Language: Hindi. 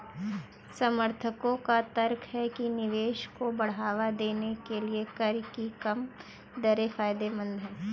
समर्थकों का तर्क है कि निवेश को बढ़ावा देने के लिए कर की कम दरें फायदेमंद हैं